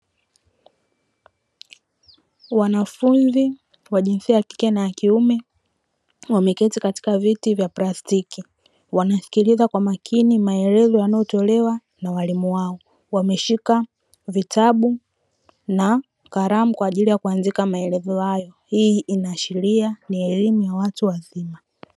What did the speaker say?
Wanafunzi wa jinsia ya kike na kiume wameketi katika viti vya plastiki wanasikiliza kwa makini maelezo yanayotolewa na walimu wao wameshika vitabu na karamu kwa ajili ya kuanzisha maelezo hayo, hii inaashiria ni elimu ya watu wazima.